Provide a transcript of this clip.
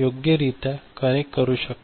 योग्यरित्या कनेक्ट करू शकता